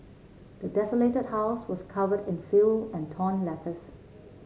the desolated house was covered in filth and torn letters